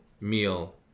meal